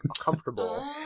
comfortable